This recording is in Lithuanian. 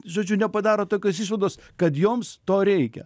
žodžiu nepadaro tokios išvados kad joms to reikia